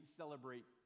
celebrate